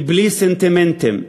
בלי סנטימנטים,